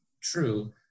true